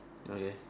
okay